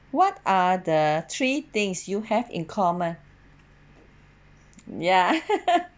what are the three things you have in common ya